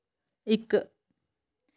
इक